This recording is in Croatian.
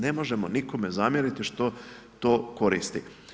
Ne možemo nikome zamjeriti što to koristi.